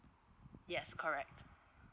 yes correct